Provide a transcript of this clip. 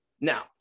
Now